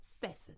Pheasant